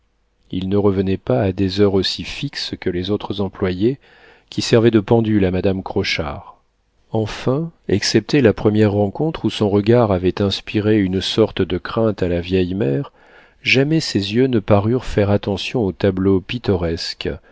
il ne revenait pas à des heures aussi fixes que les autres employés qui servaient de pendule à madame crochard enfin excepté la première rencontre où son regard avait inspiré une sorte de crainte à la vieille mère jamais ses yeux ne parurent faire attention au tableau pittoresque